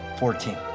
fourteen.